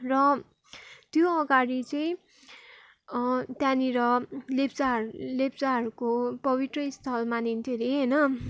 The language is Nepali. र त्यो अगाडि चाहिँ त्यहाँनिर लेप्चाहरू लेप्चाहरूको पवित्र स्थल मानिन्थ्यो अरे होइन